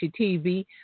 TV